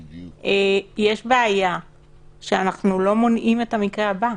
יש בעיה שאנחנו לא מונעים את המקרה הבא.